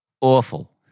Awful